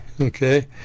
okay